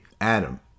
Adam